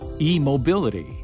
E-mobility